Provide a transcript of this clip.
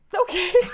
Okay